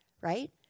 right